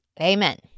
amen